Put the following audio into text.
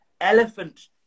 Elephant